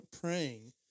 praying